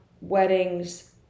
weddings